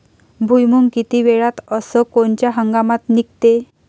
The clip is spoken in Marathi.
भुईमुंग किती वेळात अस कोनच्या हंगामात निगते?